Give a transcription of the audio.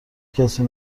کسی